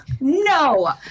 No